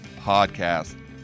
podcast